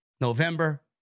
November